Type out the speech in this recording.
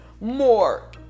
more